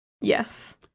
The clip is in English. Yes